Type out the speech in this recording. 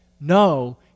No